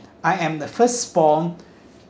I am the first born